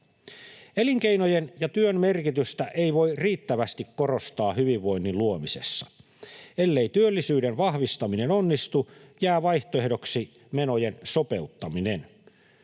Elinkeinojen ja työn merkitystä ei voi riittävästi korostaa hyvinvoinnin luomisessa. Ellei työllisyyden vahvistaminen onnistu, jää vaihtoehdoksi menojen sopeuttaminen.